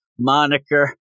moniker